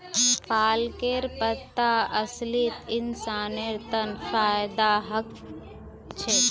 पालकेर पत्ता असलित इंसानेर तन फायदा ह छेक